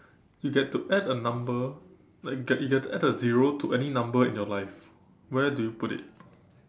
you get to add a number like get you get to add a zero to any number in your life where do you put it